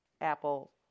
apple